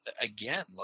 again